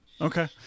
Okay